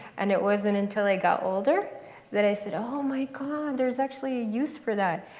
and it wasn't until i got older that i said, oh, my god, there's actually a use for that,